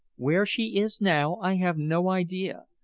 where she is now i have no idea.